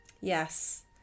Yes